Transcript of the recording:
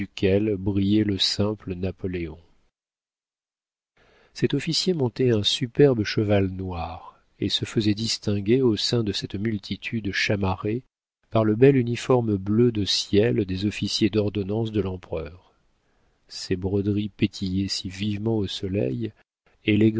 brillait le simple napoléon cet officier montait un superbe cheval noir et se faisait distinguer au sein de cette multitude chamarrée par le bel uniforme bleu de ciel des officiers d'ordonnance de l'empereur ses broderies pétillaient si vivement au soleil